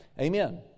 Amen